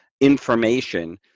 information